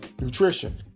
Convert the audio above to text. nutrition